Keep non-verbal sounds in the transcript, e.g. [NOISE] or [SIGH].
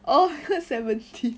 oh [LAUGHS] seventeen